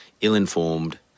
ill-informed